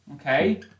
okay